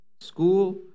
school